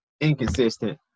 inconsistent